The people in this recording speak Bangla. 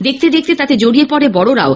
দেখতে দেখতে তাতে জড়িয়ে পড়ে বড়রাও